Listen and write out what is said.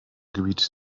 gebiet